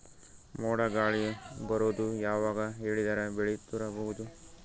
ಮೋಡ ಗಾಳಿ ಬರೋದು ಯಾವಾಗ ಹೇಳಿದರ ಬೆಳೆ ತುರಬಹುದು?